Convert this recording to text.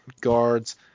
guards